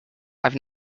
i’ve